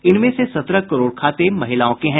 इनमें से सत्रह करोड़ खाते महिलाओं के हैं